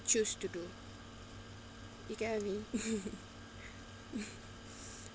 choose to do you get I mean